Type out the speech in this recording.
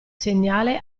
segnale